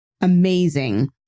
Amazing